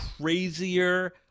crazier